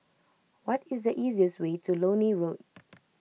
what is the easiest way to Lornie Road